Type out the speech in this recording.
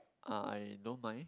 uh I don't mind